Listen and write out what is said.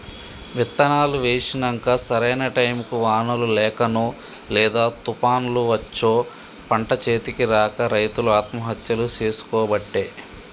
విత్తనాలు వేశినంక సరైన టైముకు వానలు లేకనో లేదా తుపాన్లు వచ్చో పంట చేతికి రాక రైతులు ఆత్మహత్యలు చేసికోబట్టే